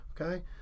okay